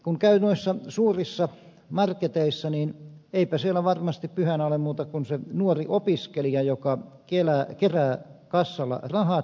kun käy noissa suurissa marketeissa niin eipä siellä varmasti pyhänä ole muuta kuin se nuori opiskelija joka kerää kassalla rahat